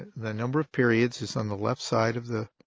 the number of periods is on the left side of the